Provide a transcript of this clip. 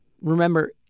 Remember